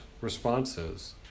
responses